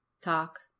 talk